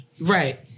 right